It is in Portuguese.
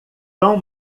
cão